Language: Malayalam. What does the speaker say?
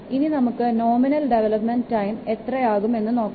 ഇനി നമുക്ക് നോമിനൽ ഡെവലപ്മെൻറ് ടൈം എത്ര ആകും എന്ന് നോക്കാം